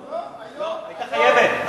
לא, היא היתה חייבת.